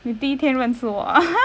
你第一天认识我啊